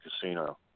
casino